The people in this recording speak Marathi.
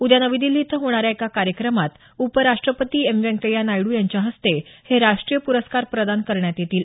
उद्या नवी दिल्ली इथं होणाऱ्या एका कार्यक्रमात उपराष्ट्रपती एम व्यंकय्या नायडू यांच्या हस्ते हे राष्ट्रीय प्रस्कार प्रदान करण्यात येतील